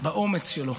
באומץ שלו,